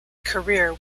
career